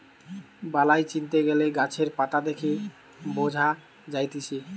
বালাই চিনতে গ্যালে গাছের পাতা দেখে বঝা যায়তিছে